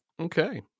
Okay